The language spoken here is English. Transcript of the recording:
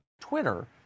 Twitter